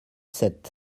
sept